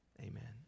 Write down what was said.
Amen